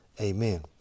amen